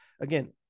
again